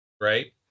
right